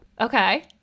Okay